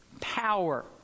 power